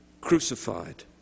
crucified